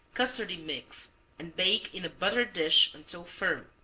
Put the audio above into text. custardy mix and bake in a buttered dish until firm.